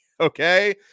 Okay